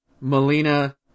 Melina